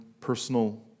personal